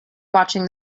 watching